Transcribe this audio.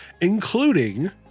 including